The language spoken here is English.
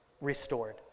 restored